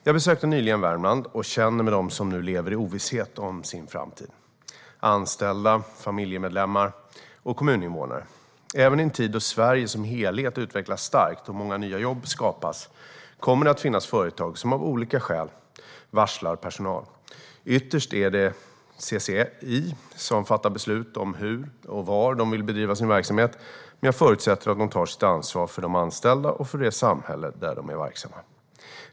Jag besökte nyligen Värmland och känner med dem som nu lever i ovisshet om sin framtid - anställda, familjemedlemmar och kommuninvånare. Även i en tid då Sverige som helhet utvecklas starkt och många nya jobb skapas kommer det att finnas företag som av olika skäl varslar personal. Ytterst är det CCI som fattar beslut om hur och var de vill bedriva sin verksamhet, men jag förutsätter att de tar sitt ansvar för de anställda och för det samhälle där de är verksamma.